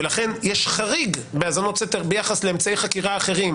ולכן יש חריג בהאזנות סתר ביחס לאמצעי חקירה אחרים,